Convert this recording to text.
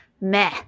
meh